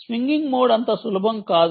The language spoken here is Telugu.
స్వింగింగ్ మోడ్ అంత సులభం కాదు